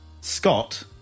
Scott